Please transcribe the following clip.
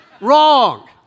wrong